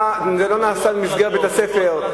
זה לא נעשה במסגרת בית-הספר.